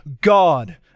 God